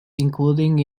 including